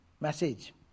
message